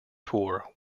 tour